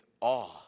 awe